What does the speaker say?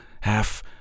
half